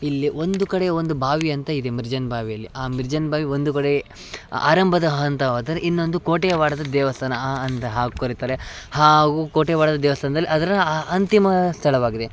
ಇಲ್ಲಿ ಒಂದು ಕಡೆ ಒಂದು ಬಾವಿ ಅಂತ ಇದೆ ಮಿರ್ಜಾನ್ ಬಾವಿಯಲ್ಲಿ ಆ ಮಿರ್ಜಾನ್ ಬಾವಿ ಒಂದು ಕಡೆ ಆರಂಭದ ಹಂತವಾದರೆ ಇನ್ನೊಂದು ಕೋಟೆಯವಾಡದ ದೇವಸ್ಥಾನ ಆ ಹಾಗೂ ಕೋಟೆವಾಡದ ದೇವಸ್ಥಾನ್ದಲ್ಲಿ ಅದರ ಆ ಅಂತಿಮ ಸ್ಥಳವಾಗಿದೆ